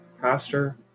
Pastor